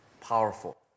Powerful